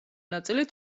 ნაწილი